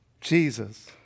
Jesus